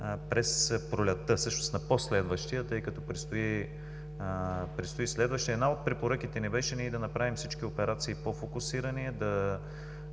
през пролетта, всъщност на по-следващия, тъй като предстои следващият. Една от препоръките ни беше да направим всички операции по-фокусирани,